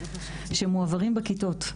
שמועברים בכיתות.